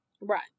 Right